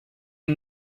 who